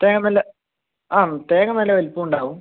തേങ്ങ നല്ല ആ തേങ്ങ നല്ല വലിപ്പം ഉണ്ടാവും